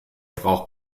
braucht